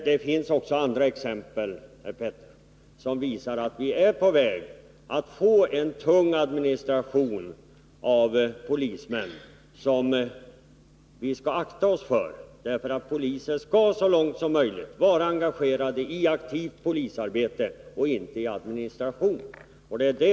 Det finns också andra exempel, herr Petersson, som visar att vi är på väg att få en tung administration på detta område, något som vi skall akta oss för. Poliser skall så långt som möjligt vara engagerade i aktivt polisarbete och inte 19 i administrativa uppgifter.